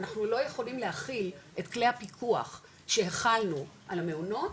אנחנו לא יכולים להכיל את כלי הפיקוח שהחלנו על המעונות,